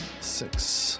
Six